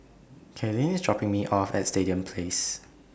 Cailyn IS dropping Me off At Stadium Place